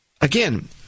Again